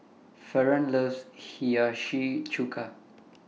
Fernand loves Hiyashi Chuka